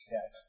Yes